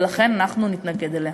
ולכן אנחנו נתנגד לה.